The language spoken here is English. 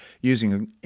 using